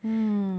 mm